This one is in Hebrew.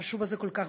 החשוב כל כך,